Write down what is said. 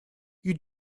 you